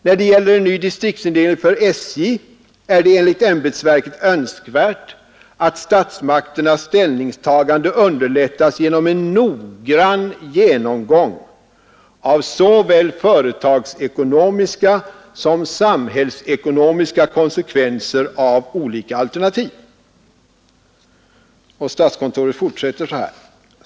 När det gäller en ny distriktsindelning för SJ är det enligt ämbetsverket önskvärt att statsmakternas ställningstagande underlättas genom en noggrann genomgång av såväl företagsekonomiska som samhällsekonomiska konsekvenser av olika alternativ.